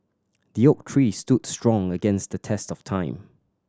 the oak tree stood strong against the test of time